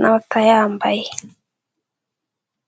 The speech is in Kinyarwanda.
n'abatayambaye.